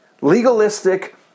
legalistic